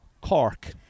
Cork